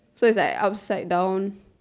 so it's like upside down